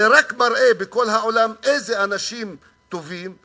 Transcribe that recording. זה רק מראה בכל העולם איזה אנשים טובים,